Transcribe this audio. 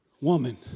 woman